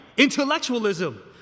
intellectualism